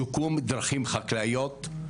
שיקום דרכים חקלאיות,